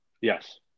Yes